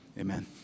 amen